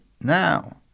now